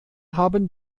haben